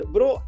Bro